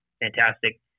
fantastic